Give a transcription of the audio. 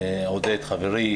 עודד חברי,